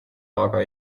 aga